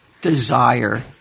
desire